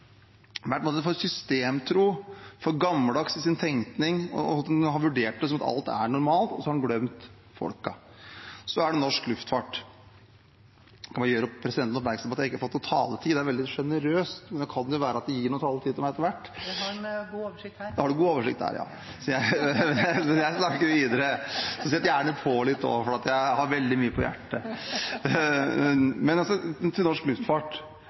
systemtro og for gammeldags i sin tenkning, og at man har vurdert det som at alt er normalt, og så har man glemt folket. Så er det norsk luftfart. Jeg kan bare gjøre presidenten oppmerksom på at jeg ikke har fått noe taletid. Det er veldig generøst. Men det kan jo være at man gir noe taletid til meg etter hvert. Jeg har god oversikt her. Du har god oversikt der, ja. Da snakker jeg videre. Legg gjerne på litt også, for jeg har veldig mye på hjertet. Til norsk luftfart: I diskusjonen om norsk luftfart